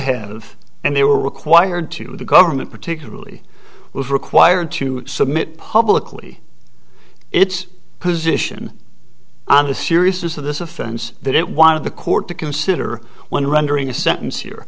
have and they were required to the government particularly was required to submit publicly its position on the seriousness of this offense that it wanted the court to consider when rendering a sentence here